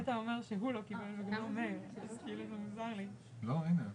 ספרי לנו איך זה עבד